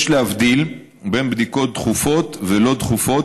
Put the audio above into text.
יש להבדיל בין בדיקות דחופות ללא דחופות,